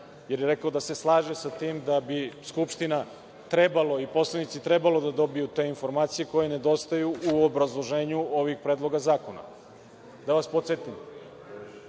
jer je rekao da se slaže sa tim da bi Skupština trebalo i poslanici trebalo da dobiju te informacije koje nedostaju u obrazloženju ovih predloga zakona. Da vas podsetim,